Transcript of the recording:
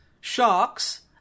sharks